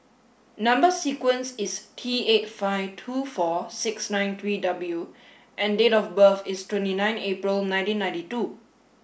number sequence is T eighty five two four six nine three W and date of birth is twenty nine April nineteen ninety two